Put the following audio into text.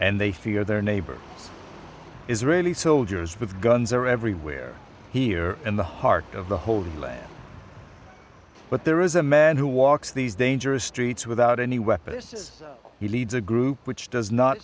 and they fear their neighbors israeli soldiers with guns are everywhere here in the heart of the holy land but there is a man who walks these dangerous streets without any weapons just he leads a group which does not